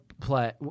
play